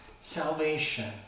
salvation